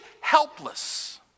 helpless